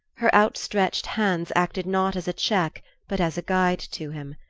her outstretched hands acted not as a check but as a guide to him.